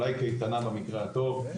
אולי קייטנה במקרה הטוב.